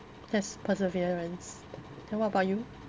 that's perseverance then what about you